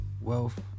wealth